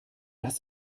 das